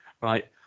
right